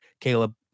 Caleb